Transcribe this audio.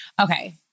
Okay